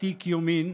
עתיק יומין,